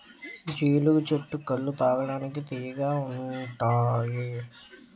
జీలుగు చెట్టు కల్లు తాగడానికి తియ్యగా ఉంతాయి